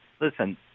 Listen